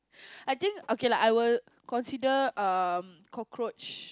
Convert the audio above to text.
I think okay lah I will consider um cockroach